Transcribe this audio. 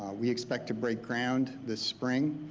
we expect to break ground this spring,